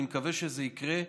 אני מקווה שזה יקרה,